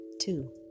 two